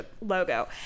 logo